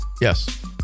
Yes